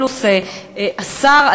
פלוס השר,